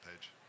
page